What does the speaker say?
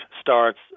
starts